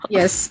Yes